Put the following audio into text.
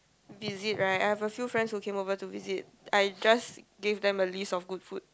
visit right I have a few friends who came over to visit I just give them a list of good food